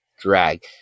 drag